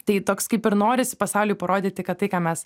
tai toks kaip ir norisi pasauliui parodyti kad tai ką mes